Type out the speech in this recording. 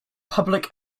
public